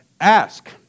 Ask